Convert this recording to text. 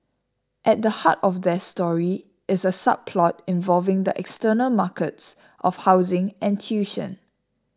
at the heart of their story is a subplot involving the external markets of housing and tuition